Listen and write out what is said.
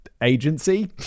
agency